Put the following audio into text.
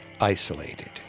Isolated